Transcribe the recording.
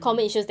mm